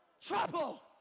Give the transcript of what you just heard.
trouble